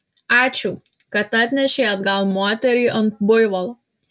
ačiū kad atnešei atgal moterį ant buivolo